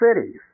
cities